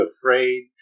afraid